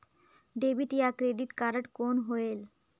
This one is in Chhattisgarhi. डेबिट या क्रेडिट कारड कौन होएल?